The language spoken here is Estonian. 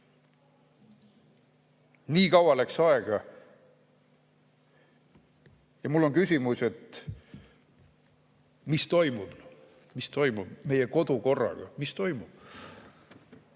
Nii kaua läks aega! Ja mul on küsimus: mis toimub? Mis toimub meie kodukorraga? Mingisugust